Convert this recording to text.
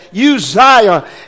Uzziah